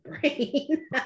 brain